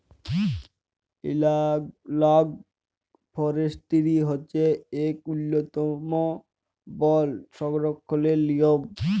এলালগ forestry হছে ইক উল্ল্যতম বল সংরখ্খলের লিয়ম